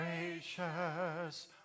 gracious